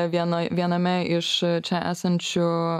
vienoj viename iš čia esančių